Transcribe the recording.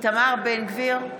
איתמר בן גביר,